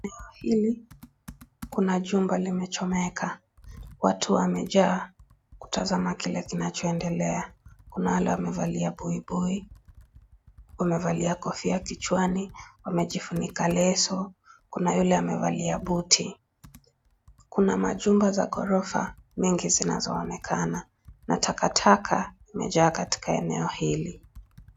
Tukio hili kuna chumba limechomeka, watu wamejaa kutazama kile kinachoendelea kuna wale wamevalia bui bui wamevalia kofia kichwani wamejifunika leso kuna yule amevalia buti kuna machumba za gorofa mingi zinazoonekana na takataka imejaa katika eneo hili.